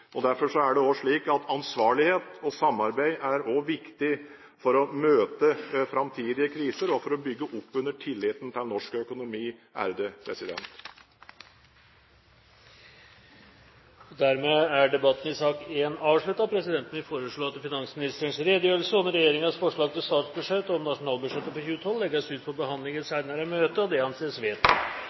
Derfor er ansvarlighet og samarbeid viktig for å møte framtidige kriser og for å bygge opp under tilliten til norsk økonomi. Dermed er debatten i sak nr. 1 avsluttet. Presidenten vil foreslå at finansministerens redegjørelse om regjeringens forslag til statsbudsjett og nasjonalbudsjett for 2012 legges ut for behandling i et senere møte. – Det anses vedtatt.